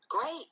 Great